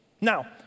Now